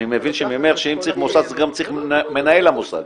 אני מבין ממך שאם צריך מוסד אז גם צריך מנהל מוסד.